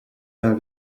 d’un